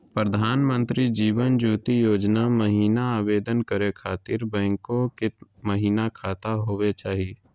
प्रधानमंत्री जीवन ज्योति योजना महिना आवेदन करै खातिर बैंको महिना खाता होवे चाही?